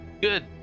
Good